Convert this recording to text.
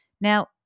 Now